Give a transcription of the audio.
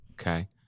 Okay